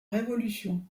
révolution